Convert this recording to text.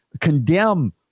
condemn